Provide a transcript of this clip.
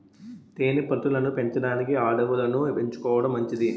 తేనె పట్టు లను పెంచడానికి అడవులను ఎంచుకోవడం మంచిది